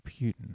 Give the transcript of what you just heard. Putin